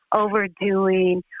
over-doing